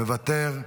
מוותר,